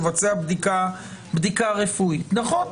לבצע בדיקה רפואית נכון.